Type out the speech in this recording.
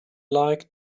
like